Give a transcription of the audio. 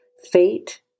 fate